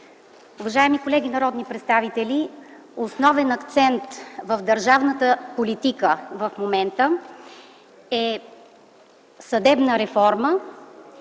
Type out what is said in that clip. Уважаеми колеги народни представители, основен акцент в държавната политика в момента е съдебна реформа